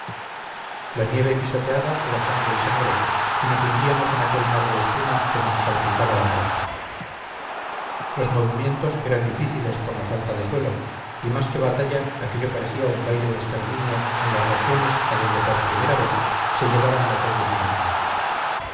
la nieve pisoteada era fango y sangre y nos hundíamos en aquel mar de espuma que nos salpicaba al rostro los movimientos eran difíciles por la falta de suelo y más que batalla aquello parecía un baile de exterminio en las regiones a donde por vez primera se llevaran los odios humanos